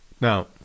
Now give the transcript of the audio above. Now